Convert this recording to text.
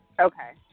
Okay